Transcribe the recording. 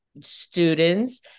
students